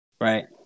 right